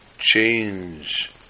change